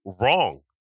Wrong